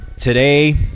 today